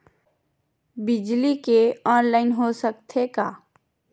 बिजली के ऑनलाइन हो सकथे का?